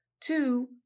Two